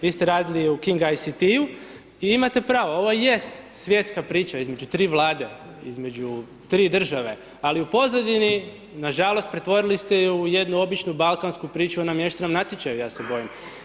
Vi ste radili u King ICT-u i imate pravo, ovo jest svjetska priča između tri vlade, između tri države, ali u pozadini, nažalost, pretvorili ste ju u jednu običnu balkansku priču o namještenom natječaju ja se bojim.